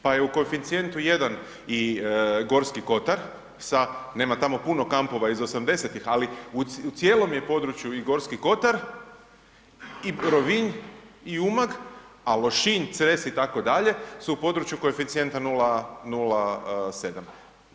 Pa je u koeficijentu 1 i Gorski kotar sa, nema tamo puno kampova iz 80-ih, ali u cijelom je području i Gorski kotar i Rovinj i Umag a Lošinj, Cres itd. su u području koeficijenta 0,7.